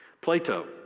Plato